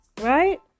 Right